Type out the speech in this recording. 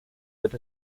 with